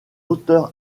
auteur